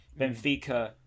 Benfica